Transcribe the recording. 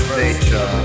nature